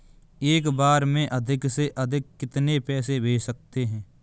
एक बार में अधिक से अधिक कितने पैसे भेज सकते हैं?